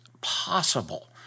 possible